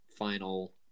Final